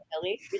Ellie